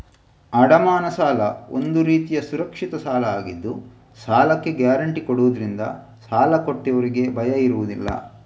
ಅಡಮಾನ ಸಾಲ ಒಂದು ರೀತಿಯ ಸುರಕ್ಷಿತ ಸಾಲ ಆಗಿದ್ದು ಸಾಲಕ್ಕೆ ಗ್ಯಾರಂಟಿ ಕೊಡುದ್ರಿಂದ ಸಾಲ ಕೊಟ್ಟವ್ರಿಗೆ ಭಯ ಇರುದಿಲ್ಲ